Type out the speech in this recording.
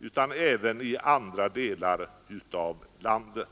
utan även i andra delar av landet.